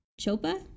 Chopa